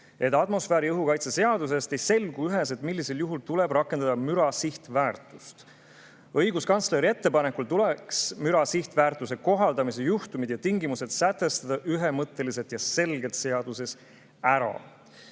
et atmosfääriõhu kaitse seadusest ei selgu üheselt, millisel juhul tuleb rakendada müra sihtväärtust. Õiguskantsleri ettepanekul tuleks müra sihtväärtuse kohaldamise juhtumid ja tingimused sätestada ühemõtteliselt ja selgelt seaduses ära.